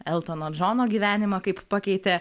eltono džono gyvenimą kaip pakeitė